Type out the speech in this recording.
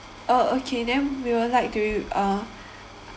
oh okay then we will like to uh